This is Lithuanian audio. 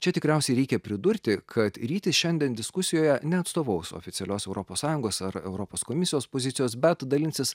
čia tikriausiai reikia pridurti kad rytis šiandien diskusijoje neatstovaus oficialios europos sąjungos ar europos komisijos pozicijos bet dalinsis